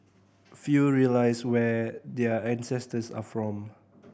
few realise where their ancestors are from